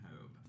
Hope